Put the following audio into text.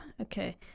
Okay